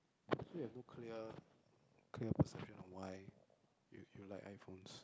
so you have no clear clear perception on why you you like iPhones